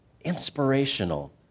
inspirational